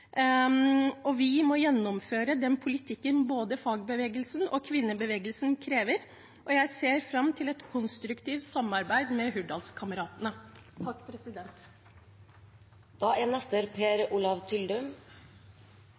Vi må gjennomføre den politikken både fagbevegelsen og kvinnebevegelsen krever. Og jeg ser fram til et konstruktivt samarbeid med